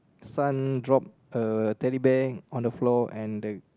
son dropped a Teddy Bear on the floor and the